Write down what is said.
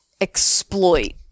exploit